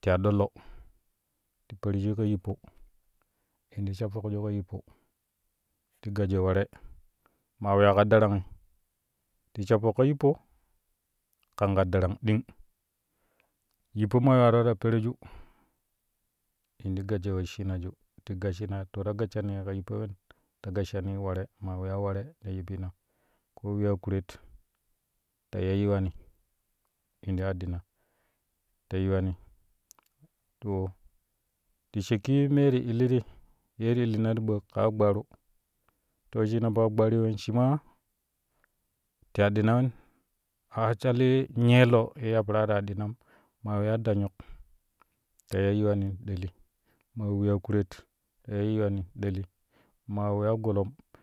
ti aɗɗo lo ti perujui ka yippo in ti sha fokju yippo ti gajijiyo ware maa weyaa ka darangi ti sha fok ka yippo kan ka daran ɗing, yippo maa yuwaro ta pereju in ti gassho wesshinaju ti gasshina to ta gasshani ka yippoi wen ta gasshani ware ma wiyaa ware in yippina ko weyaa kuret ta iya yiwani in ti aɗɗina ta yiwani to ti shakki mee ti ilitti ye ti illina to ɓoak kaa agbaaru to wesshina fo agbaarui wen shi maa ti aɗɗinai wen a asali nyee lo ye ya peraa ti aɗɗinam maa weya danyuk ta iya yiwani ɗeli maa weyaa kuret ta iya yiwani in deli ma weyaa golom.